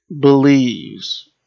believes